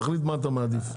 תחליט מה אתה מעדיף,